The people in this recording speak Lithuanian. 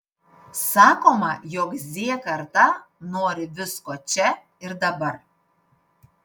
sakoma jog z karta nori visko čia ir dabar